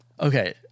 Okay